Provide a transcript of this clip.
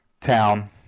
town